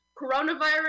coronavirus